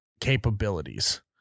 capabilities